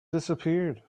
disappeared